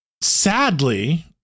sadly